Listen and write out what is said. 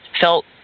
felt